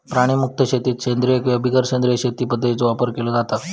प्राणीमुक्त शेतीत सेंद्रिय किंवा बिगर सेंद्रिय शेती पध्दतींचो वापर केलो जाता